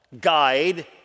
guide